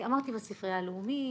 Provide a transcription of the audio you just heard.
אמרתי אולי בספרייה הלאומית,